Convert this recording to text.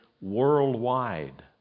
worldwide